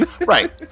Right